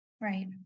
Right